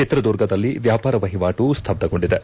ಚಿತ್ರದುರ್ಗದಲ್ಲಿ ವ್ಯಾಪಾರ ವಹಿವಾಟು ಸ್ಥಬ್ದಗೊಂಡಿದೆ